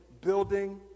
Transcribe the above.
building